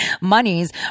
monies